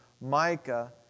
Micah